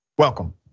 Welcome